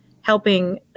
helping